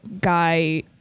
guy